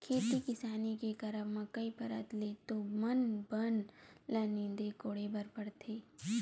खेती किसानी के करब म कई परत ले तो बन मन ल नींदे कोड़े बर परथे